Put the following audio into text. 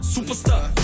Superstar